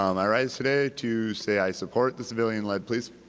um i rise today to say i support the civilian-led police